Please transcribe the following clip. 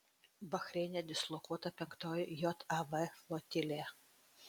bahreine dislokuota penktoji jav flotilė